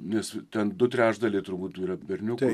nes ten du trečdaliai turbūt yra berniukų